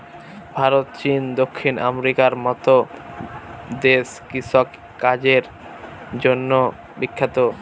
ভারত, চীন, দক্ষিণ আমেরিকার মতো দেশ কৃষিকাজের জন্য বিখ্যাত